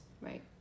Right